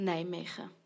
Nijmegen